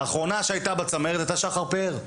האחרונה שהייתה בצמרת הייתה שחר פאר.